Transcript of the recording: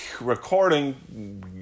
recording